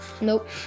Nope